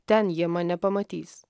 ten jie mane pamatys